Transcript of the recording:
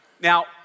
Now